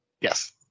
Yes